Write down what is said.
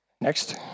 Next